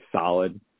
solid